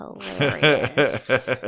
hilarious